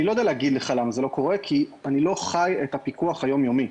אני לא יודע להגיד לך למה זה לא קורה כי אני לא חי את הפיקוח היום יומי,